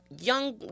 young